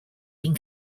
been